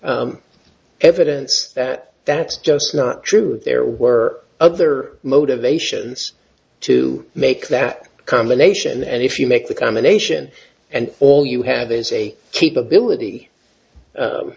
evidence that that's just not true there were other motivations to make that combination and if you make the combination and all you have is a capability